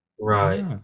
Right